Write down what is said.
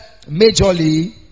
majorly